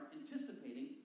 anticipating